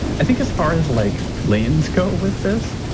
i think as far as like lien's go with this,